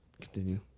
Continue